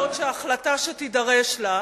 יכול להיות שההחלטה שתידרש לה,